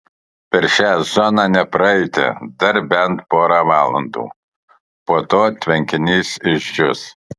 per šią zoną nepraeiti dar bent porą valandų po to tvenkinys išdžius